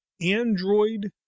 android